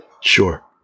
Sure